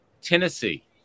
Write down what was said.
Tennessee